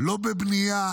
לא בבנייה